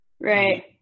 right